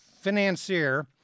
financier